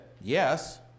yes